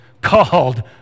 called